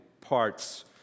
parts